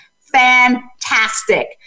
Fantastic